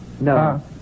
No